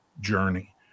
journey